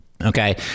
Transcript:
Okay